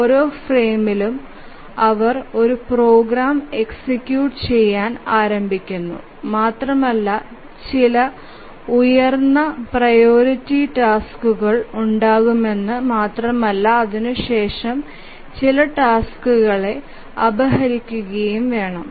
ഓരോ ഫ്രെയിമിലും അവർ ഒരു പ്രോഗ്രാം എക്സിക്യൂട്ട് ചെയ്യാൻ ആരംഭിക്കുന്നു മാത്രമല്ല ചില ഉയർന്ന പ്രയോരിറ്റി ടാസ്കുകൾ ഉണ്ടാകുമെന് മാത്രമല്ല അതിനുശേഷo ചില ടാസ്കുകളെ അബഹരികുകയും വേണം